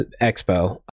expo